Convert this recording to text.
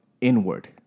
inward